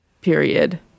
period